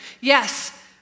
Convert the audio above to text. Yes